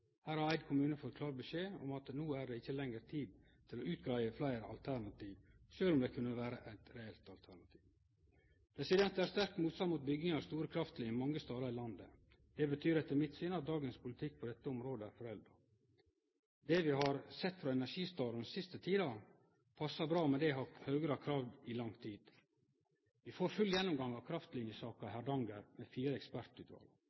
Her får Eid kommune klar beskjed om at no er det ikkje lenger tid til å utgreie fleire alternativ, sjølv om dette kunne vere eit reelt alternativ. Det er sterk motstand mot bygging av store kraftlinjer mange stader i landet. Det betyr etter mitt syn at dagens politikk på dette området er forelda. Det vi har sett frå energistatsråden siste tida, passar bra med det Høgre har kravd i lang tid. Vi får full gjennomgang av kraftlinjesaka i Hardanger med fire ekspertutval,